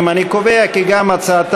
ואנחנו כולם יודעים שהוא מתנגד להצעת